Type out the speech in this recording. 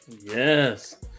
Yes